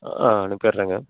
ஆ அனுப்பிடுறேங்க